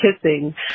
kissing